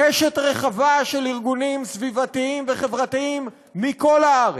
קשת רחבה של ארגונים סביבתיים וחברתיים מכל הארץ,